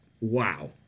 wow